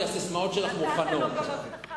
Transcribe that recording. כי הססמאות שלך מוכנות.